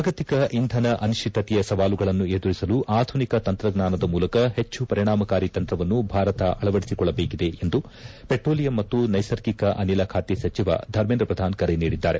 ಜಾಗತಿಕ ಇಂಧನ ಅನಿಶ್ವಿತತೆಯ ಸವಾಲುಗಳನ್ನು ಎದುರಿಸಲು ಆಧುನಿಕ ತಂತ್ರಜ್ಞಾನದ ಮೂಲಕ ಪೆಚ್ಚು ಪರಿಣಾಮಕಾರಿ ತಂತ್ರವನ್ನು ಭಾರತ ಅಳವಡಿಸಿಕೊಳ್ಳಬೇಕಿದೆ ಎಂದು ಪೆಟೋಲಿಯಂ ಮತ್ತು ನೈಸರ್ಗಿಕ ಅನಿಲ ಖಾತೆ ಸಚಿವ ಧರ್ಮೇಂದ್ರ ಪ್ರಧಾನ್ ಕರೆ ನೀಡಿದ್ದಾರೆ